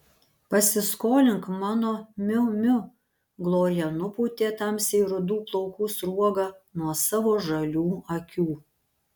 pasiskolink mano miu miu glorija nupūtė tamsiai rudų plaukų sruogą nuo savo žalių akių